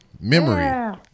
memory